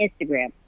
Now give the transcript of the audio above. Instagram